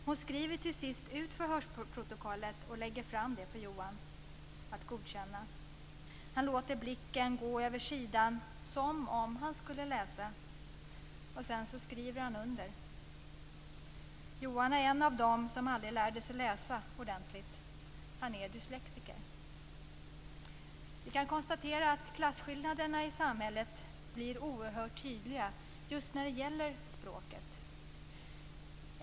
Hon skriver till sist ut förhörsprotokollet och lägger fram det för Johan för ett godkännande. Han låter blicken gå över sidan som om han skulle läsa. Sedan skriver han under. Johan är en av dem som aldrig lärde sig läsa ordentligt. Han är dyslektiker. Vi kan konstatera att klasskillnaderna i samhället blir oerhört tydliga just när det gäller språket.